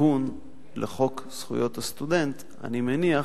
שתיקון לחוק זכויות הסטודנט, אני מניח